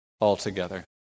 altogether